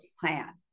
plan